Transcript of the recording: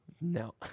No